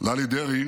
ללי דרעי